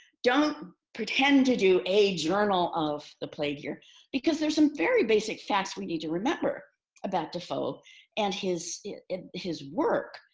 don't pretend to do a journal of the plague year because there's some very basic facts we need to remember about defoe and his his work.